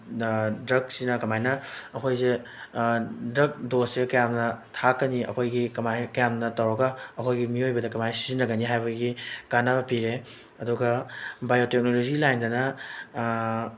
ꯗ꯭ꯔꯒꯁꯤꯅ ꯀꯃꯥꯏꯅ ꯑꯩꯈꯣꯏꯁꯦ ꯗ꯭ꯔꯒ ꯗꯣꯁꯁꯦ ꯀꯌꯥꯝꯅ ꯊꯥꯛꯀꯅꯤ ꯑꯩꯈꯣꯏꯒꯤ ꯀꯃꯥꯏꯅ ꯀꯌꯥꯝꯅ ꯇꯧꯔꯒ ꯑꯩꯈꯣꯏꯒꯤ ꯃꯤꯑꯣꯏꯕꯗ ꯀꯃꯥꯏꯅ ꯁꯤꯖꯤꯟꯅꯒꯅꯤ ꯍꯥꯏꯕꯒꯤ ꯀꯥꯟꯅꯕ ꯄꯤꯔꯦ ꯑꯗꯨꯒ ꯕꯥꯏꯑꯣ ꯇꯦꯛꯅꯣꯂꯣꯖꯤ ꯂꯥꯏꯟꯗꯅ